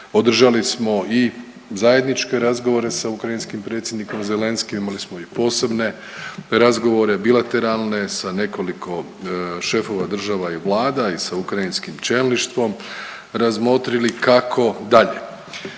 održali smo i zajedničke razgovore sa ukrajinskim predsjednikom Zelenskim, imali smo i posebne razgovore, bilateralne sa nekoliko šefova država i Vlada i sa ukrajinskim čelništvom i razmotrili kako dalje.